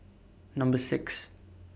Number six